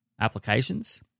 applications